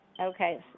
Okay